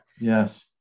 Yes